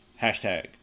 Hashtag